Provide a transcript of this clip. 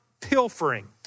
pilfering